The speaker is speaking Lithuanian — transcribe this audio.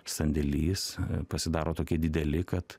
sandėlys pasidaro tokie dideli kad